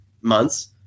months